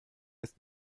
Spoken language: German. ist